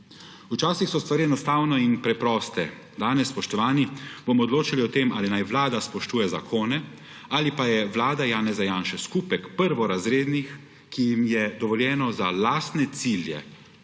Včasih so stvari enostavne in preproste. Danes, spoštovani, bomo odločali o tem, ali naj vlada spoštuje zakone ali pa je vlada Janeza Janše skupek prvorazrednih, ki jim je dovoljeno za lastne cilje